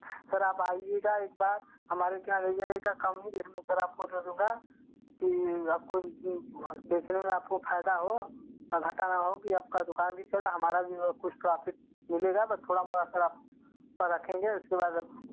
sir आप आइएगा एक बार हमारे के यहाँ कम ही रेट में सर आपको दे दूँगा कि आपको जो बेचने में आपको फायदा हो और घाटा ना हो कि आपका दुकान भी चले हमारा भी वो कुछ प्रॉफ़िट मिलेगा बट थोड़ा मोड़ा सर आप पर रखेंगे उसके बाद अप